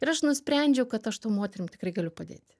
ir aš nusprendžiau kad aš tom moterim tikrai galiu padėti